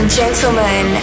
gentlemen